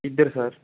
ఇద్దరు సార్